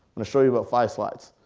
gonna show you about five slides.